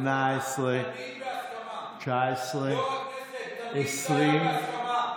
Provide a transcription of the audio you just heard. השמונה-עשרה, התשע-עשרה, העשרים, תמיד בהסכמה.